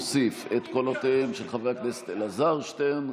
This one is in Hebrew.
אני שוב מוסיף את קולותיהם של חבר הכנסת אלעזר שטרן,